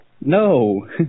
No